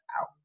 out